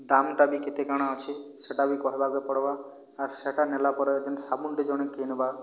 ଦାମ୍ଟା ବି କେତେ କ'ଣ ଅଛି ସେଇଟା ବି କହିବାକୁ ପଡ଼ିବ ଆର୍ ସେଇଟା ନେଲା ପରେ ଯେଉଁ ସାବୁନ୍ଟି ଜଣେ କିଣିବ